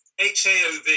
HAOV